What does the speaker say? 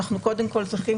אנחנו קודם כל צריכים,